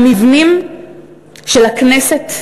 המבנים של הכנסת,